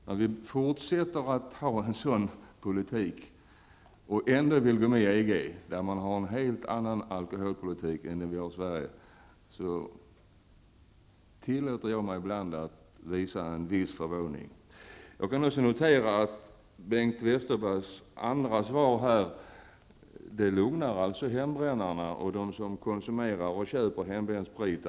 När vi fortsätter att bedriva en sådan politik och ändå vill gå med i EG, där man för en helt annan alkoholpolitik, tillåter jag mig ibland att visa en viss förvåning. Jag noterar också att Bengt Westerbergs andra inlägg kommer att lugna hembrännarna och dem som köper och konsumerar hembränd sprit.